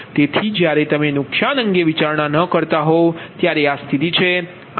તેથી જ્યારે તમે નુકસાન અંગે વિચારણા ન કરતા હો ત્યારે આ સ્થિતિ છે